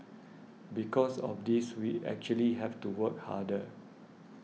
because of this we actually have to work harder